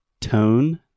tone